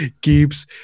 keeps